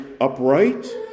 upright